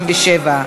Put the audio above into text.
57)